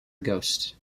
ghost